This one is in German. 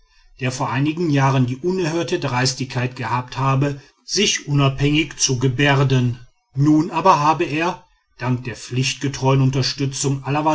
der vor einigen jahren die unerhörte dreistigkeit gehabt habe sich unabhängig zu gebärden nun aber habe er dank der pflichtgetreuen unterstützung